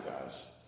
guys